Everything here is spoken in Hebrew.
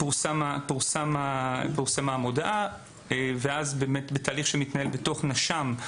פורסמה המודעה ואז בתהליך שמתנהל בתוך נש"מ,